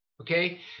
Okay